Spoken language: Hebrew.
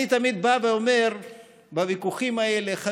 אני תמיד בא ואומר בוויכוחים האלה: חברים,